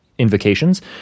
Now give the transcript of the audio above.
invocations